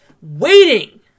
waiting